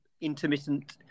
intermittent